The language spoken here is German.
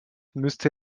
müsste